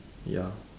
ya